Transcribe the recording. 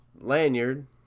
lanyard